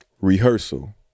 Rehearsal